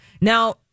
Now